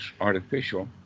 artificial